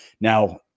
Now